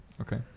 Okay